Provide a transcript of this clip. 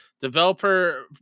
Developer